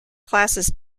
classes